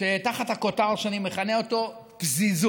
תחת הכותר שאני מכנה אותו פזיזות.